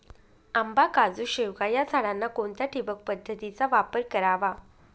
आंबा, काजू, शेवगा या झाडांना कोणत्या ठिबक पद्धतीचा वापर करावा?